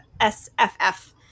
SFF